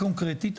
שאלה קונקרטית,